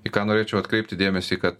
į ką norėčiau atkreipti dėmesį kad